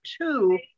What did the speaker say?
two